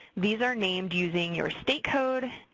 these are named using your state code,